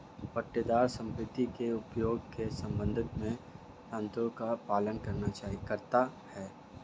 पट्टेदार संपत्ति के उपयोग के संबंध में शर्तों का पालन करता हैं